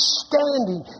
standing